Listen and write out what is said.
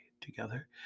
together